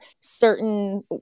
certain